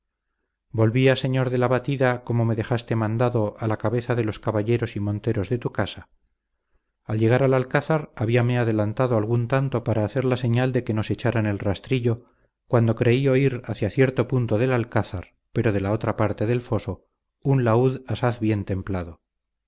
volvía señor de la batida como me dejaste mandado a la cabeza de los caballeros y monteros de tu casa al llegar al alcázar habíame adelantado algún tanto para hacer la señal de que nos echaran el rastrillo cuando creí oír hacia cierto punto del alcázar pero de la otra parte del foso un laúd asaz bien templado